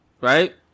right